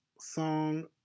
song